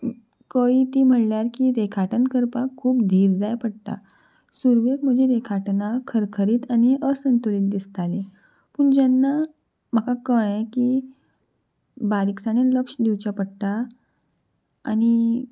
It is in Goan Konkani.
कळ्ळी ती म्हणल्यार की रेखाटन करपाक खूब धीर जाय पडटा सुरवेक म्हजी रेखाटना खरखरीत आनी असंतुलत दिसतालीं पूण जेन्ना म्हाका कळ्ळें की बारीकसाणें लक्ष दिवचें पडटा आनी